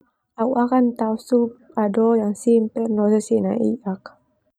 Au akan tao sup ado yang simpel no sesena iak.